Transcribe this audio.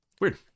Weird